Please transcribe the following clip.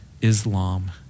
Islam